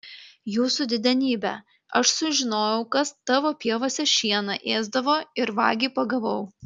jūsų didenybe aš sužinojau kas tavo pievose šieną ėsdavo ir vagį pagavau